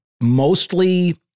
mostly